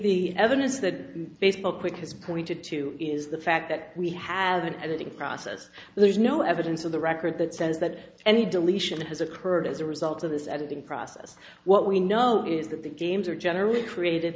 the evidence that facebook has pointed to is the fact that we have an editing process but there's no evidence of the record that says that any deletion has occurred as a result of this editing process what we know is that the games are generally created